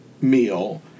meal